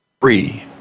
free